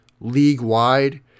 league-wide